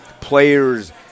players